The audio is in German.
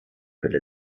gruppe